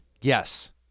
yes